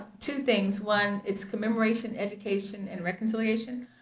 two things. one, it's commemoration, education, and reconciliation.